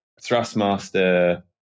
Thrustmaster